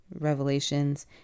revelations